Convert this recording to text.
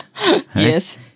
Yes